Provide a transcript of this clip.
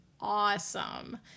awesome